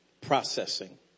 processing